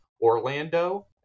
Orlando